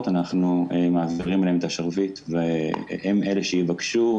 אנחנו מעבירים אליהם את השרביט והם אלה שיבקשו.